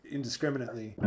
indiscriminately